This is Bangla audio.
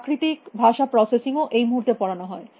প্রাকৃতিক ভাষা প্রসেসিং ও এই মুহূর্তে পড়ানো হয়